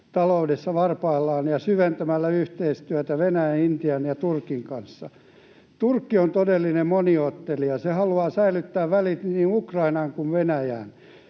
taloudessa varpaillaan syventämällä yhteistyötä Venäjän, Intian ja Turkin kanssa. Turkki on todellinen moniottelija: se haluaa säilyttää välit niin Ukrainaan kuin Venäjään.